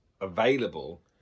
available